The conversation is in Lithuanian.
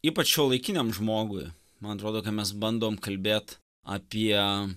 ypač šiuolaikiniam žmogui man atrodo kad mes bandom kalbėt apie